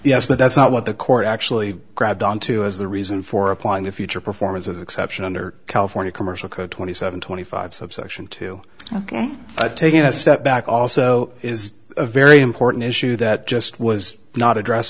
yes but that's not what the court actually grabbed onto as the reason for applying to future performance of exception under california commercial code twenty seven twenty five subsection two ok but taking a step back also is a very important issue that just was not address